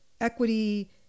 Equity